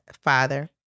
father